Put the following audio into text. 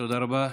תודה רבה.